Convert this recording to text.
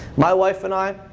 my wife and i,